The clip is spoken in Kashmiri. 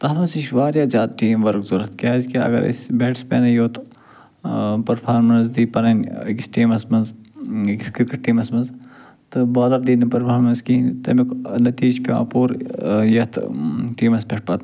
تَتھ منٛز تہِ چھ واریاہ زیادٕ ٹیٖم ؤرٕک ضوٚرتھ کیٛازکہِ اگر اَسہِ بیٹٕس مینٕے یوٗت پٔرفارمٮ۪نٕس دی پنٕنۍ أکِس ٹیٖمس منٛز أکِس کِرکَٹ ٹیٖمس منٛز تہٕ بالر دی نہٕ پٔرفامٮ۪نٕس کِہیٖنۍ تَمیُک نتیٖجہٕ چھِ پٮ۪وان پوٗرٕ یتھ ٹیٖمس پیٹھ پتہٕ